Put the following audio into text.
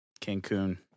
Cancun